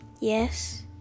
Yes